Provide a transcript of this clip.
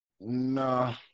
no